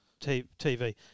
TV